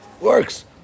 works